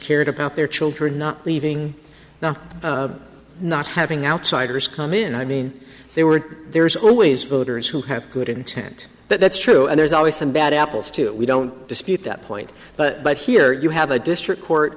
cared about their children not leaving now not having outsiders come in i mean they were there's always voters who have good intent but that's true and there's always some bad apples to it we don't dispute that point but but here you have a district court